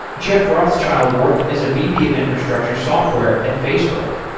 jeff rothschild worked as a vp of infrastructure software at facebook.